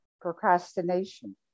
Procrastination